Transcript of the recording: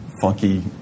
funky